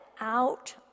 out